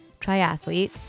triathlete